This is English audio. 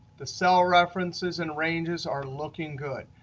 the cell references and ranges are looking good.